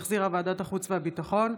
שהחזירה ועדת החוץ והביטחון.